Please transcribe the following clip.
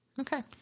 Okay